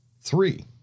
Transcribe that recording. Three